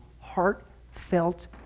heartfelt